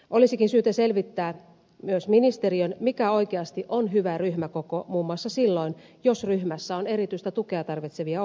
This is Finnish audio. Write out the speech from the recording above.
olisikin syytä selvittää myös ministeriön mikä oikeasti on hyvä ryhmäkoko muun muassa silloin jos ryhmässä on erityistä tukea tarvitsevia oppilaita